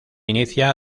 inicia